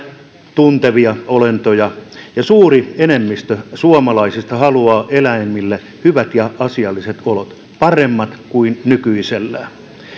tuntevia olentoja ja suuri enemmistö suomalaisista haluaa eläimille hyvät ja asialliset olot paremmat kuin nykyisellään